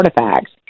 artifacts